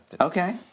Okay